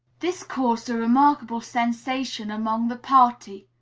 this caused a remarkable sensation among the party.